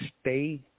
Stay